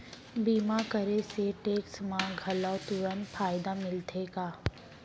बीमा करे से टेक्स मा घलव तुरंत फायदा मिलथे का?